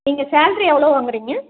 நீங்கள் சேலரி எவ்வளோ வாங்குறீங்க